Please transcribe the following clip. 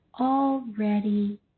Already